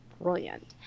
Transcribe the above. brilliant